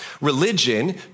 Religion